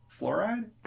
fluoride